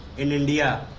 in india